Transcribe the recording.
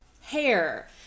hair